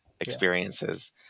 experiences